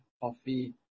coffee